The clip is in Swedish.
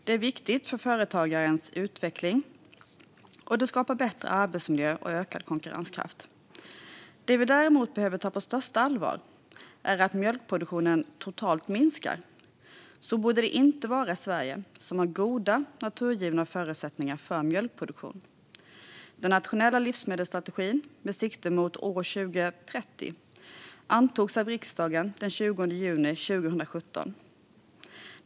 Det är viktigt för företagens utveckling, och det skapar bättre arbetsmiljö och ökad konkurrenskraft. Det vi däremot behöver ta på största allvar är att den totala mjölkproduktionen minskar. Så borde det inte vara i Sverige, som har goda naturgivna förutsättningar för mjölkproduktion. Den nationella livsmedelsstrategin med sikte mot år 2030 antogs av riksdagen den 20 juni 2017.